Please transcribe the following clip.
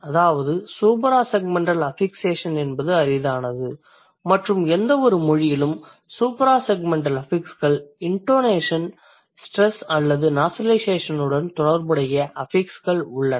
அதாவது suprasegmental affixation என்பது அரிதானது மற்றும் எந்தவொரு மொழியிலும் சூப்ராசெக்மெண்டல் அஃபிக்ஸ்கள் இண்டொனேஷன் ஸ்ட்ரெஸ் அல்லது நாசிலைசேஷன் உடன் தொடர்புடைய அஃபிக்ஸ்கள் உள்ளன